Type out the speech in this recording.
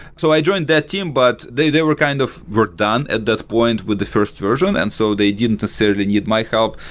so i joined that team, but they they were kind of done at that point with the first version. and so they didn't necessarily need my help.